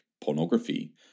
pornography